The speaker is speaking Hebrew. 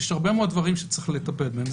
יש הרבה מאוד דברים שצריך לטפל בהם.